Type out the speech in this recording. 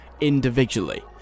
individually